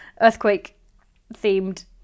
earthquake-themed